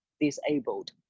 disabled